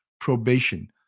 probation